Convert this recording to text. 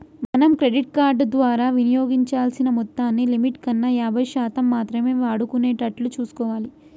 మనం credit card ద్వారా వినియోగించాల్సిన మొత్తాన్ని లిమిట్ కన్నా యాభై శాతం మాత్రమే వాడుకునేటట్లు చూసుకోవాలి